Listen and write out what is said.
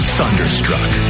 thunderstruck